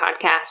podcast